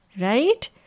Right